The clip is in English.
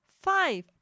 five